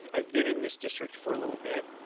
um i've been in this district for a little bit.